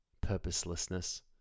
purposelessness